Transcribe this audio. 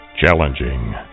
Challenging